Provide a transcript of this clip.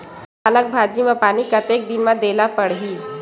पालक भाजी म पानी कतेक दिन म देला पढ़ही?